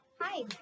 hi